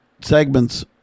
segments